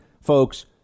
folks